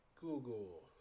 Google